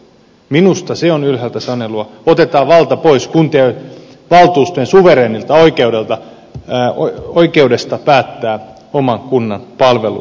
minusta se on ylhäältä sanelua otetaan valta pois kuntien valtuustojen suvereenista oikeudesta päättää oman kunnan palveluverkosta